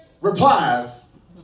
replies